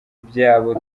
byabo